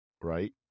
Right